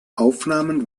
aufnahmen